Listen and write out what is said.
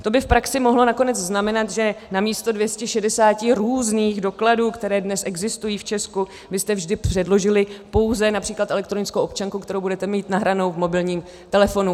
To by v praxi mohlo nakonec znamenat, že namísto 260 různých dokladů, které dnes existují v Česku, byste vždy předložili pouze např. elektronickou občanku, kterou budete mít nahranou v mobilním telefonu.